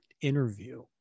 interview